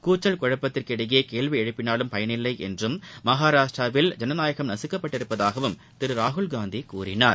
கூச்சல் குழப்பத்துக்கிடையே கேள்வி எழுப்பினாலும் பயனில்லை என்றும் மகாராஷ்டிராவில் ஜனநாயகம் நசுக்கப்பட்டுள்ளதாகவும் திரு ராகுல்காந்தி கூறினார்